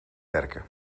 werken